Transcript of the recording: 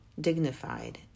dignified